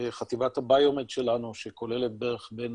חטיבת הביומד שלנו שכוללת בערך בין